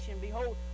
Behold